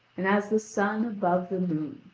and as the sun above the moon.